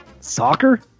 Soccer